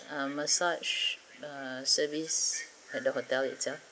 ah massage ah service at the hotel itself